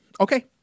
Okay